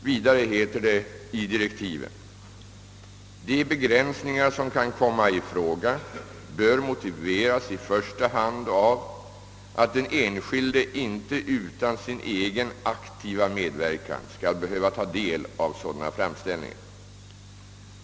Vidare heter det i direktiven: »De begränsningar som kan komma i fråga bör motiveras i första hand av att den enskilde inte utan sin egen aktiva medverkan skall behöva ta del av sådana framställningar.